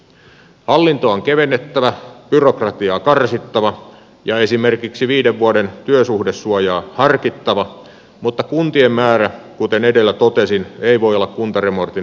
hallintoa on kevennettävä byrokratiaa karsittava ja esimerkiksi viiden vuoden työsuhdesuojaa harkittava mutta kuntien määrä kuten edellä totesin ei voi olla kuntaremontin ykköskysymys